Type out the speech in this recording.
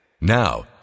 Now